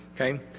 Okay